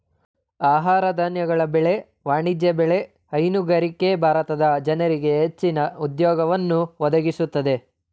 ಆಹಾರ ಧಾನ್ಯಗಳ ಬೆಳೆ, ವಾಣಿಜ್ಯ ಬೆಳೆ, ಹೈನುಗಾರಿಕೆ ಭಾರತದ ಜನರಿಗೆ ಹೆಚ್ಚಿನ ಉದ್ಯೋಗವನ್ನು ಒದಗಿಸುತ್ತಿದೆ